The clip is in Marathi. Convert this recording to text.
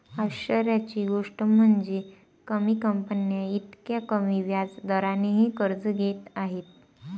आश्चर्याची गोष्ट म्हणजे, कमी कंपन्या इतक्या कमी व्याज दरानेही कर्ज घेत आहेत